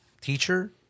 teacher